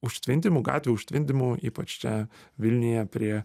užtvindymų gatvių užtvindymų ypač čia vilniuje prie